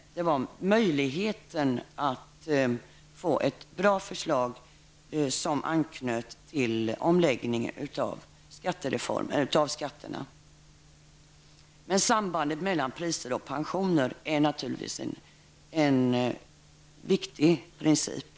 Det var en möjlighet att få ett bra förslag som anknöt till omläggningen av skatterna. Sambandet mellan priser och pensioner är naturligtvis en viktig princip.